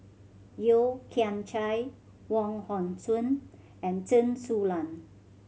Yeo Kian Chye Wong Hong Suen and Chen Su Lan